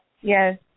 Yes